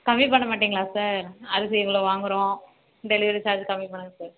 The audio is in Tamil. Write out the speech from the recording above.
கம்மி பண்ண மாட்டீங்களா சார் அரிசி இவ்வளோ வாங்குகிறோம் டெலிவரி சார்ஜ் கம்மி பண்ணுங்க சார்